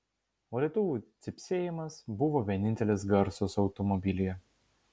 valytuvų cypsėjimas buvo vienintelis garsas automobilyje